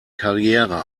karriere